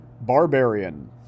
Barbarian